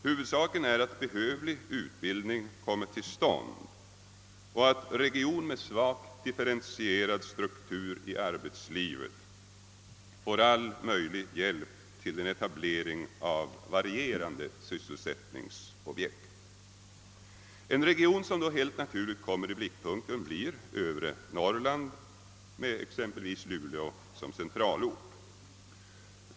Huvudsaken är att behövlig utbildning kommer till stånd och att region med svagt differentierad struktur med avseende på arbetslivet får all möjlig hjälp till etablering av varierande sysselsättningsobjekt. En region som då helt naturligt kommer i blickpunkten är övre Norrland med exempelvis Luleå som centralort.